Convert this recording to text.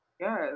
Yes